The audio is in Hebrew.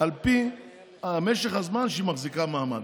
על פי משך הזמן שהיא מחזיקה מעמד.